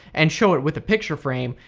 and show it with a picture frame,